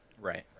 Right